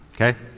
okay